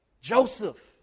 Joseph